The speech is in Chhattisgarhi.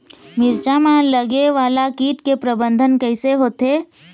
मिरचा मा लगे वाला कीट के प्रबंधन कइसे होथे?